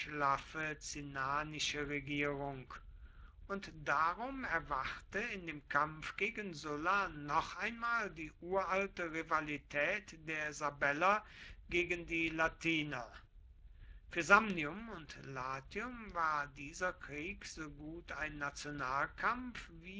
regierung und darum erwachte in dem kampf gegen sulla noch einmal die uralte rivalität der sabeller gegen die latiner für samnium und latium war dieser krieg so gut ein